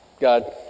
God